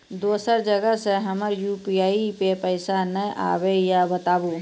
दोसर जगह से हमर यु.पी.आई पे पैसा नैय आबे या बताबू?